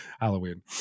Halloween